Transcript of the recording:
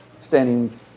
standing